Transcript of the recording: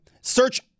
Search